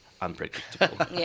unpredictable